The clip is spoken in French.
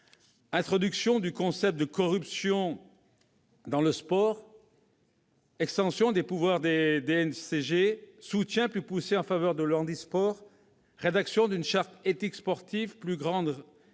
introduction du concept de corruption dans le sport, extension des pouvoirs des DNCG, soutien plus poussé en faveur du handisport, rédaction d'une charte éthique sportive, plus grande régulation